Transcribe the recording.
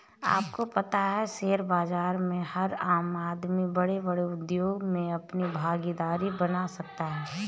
आपको पता है शेयर बाज़ार से हर आम आदमी बडे़ बडे़ उद्योग मे अपनी भागिदारी बना सकता है?